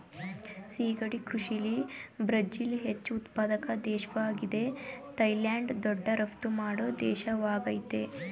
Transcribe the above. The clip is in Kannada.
ಸಿಗಡಿ ಕೃಷಿಲಿ ಬ್ರಝಿಲ್ ಹೆಚ್ಚು ಉತ್ಪಾದಕ ದೇಶ್ವಾಗಿದೆ ಥೈಲ್ಯಾಂಡ್ ದೊಡ್ಡ ರಫ್ತು ಮಾಡೋ ದೇಶವಾಗಯ್ತೆ